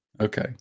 Okay